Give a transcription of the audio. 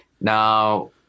Now